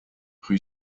rue